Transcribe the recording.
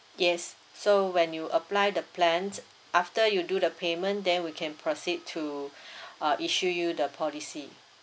yes so when you apply the plans after you do the payment then we can proceed to uh issue you the policy